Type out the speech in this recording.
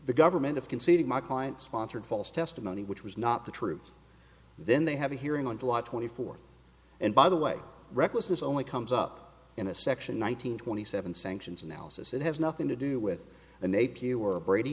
the government of conceding my client sponsored false testimony which was not the truth then they have a hearing on july twenty fourth and by the way recklessness only comes up in a section nine hundred twenty seven sanctions analysis it has nothing to do with the